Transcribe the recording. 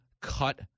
cut